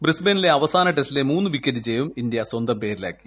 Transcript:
ബ്രിസ്ബേനിലെ അവസാന ടെസ്റ്റിലെ മൂന്ന് വിക്കറ്റ് ജയവും ഇന്ത്യ സ്വന്തം പേരിലാക്കി